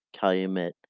Calumet